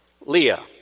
Leah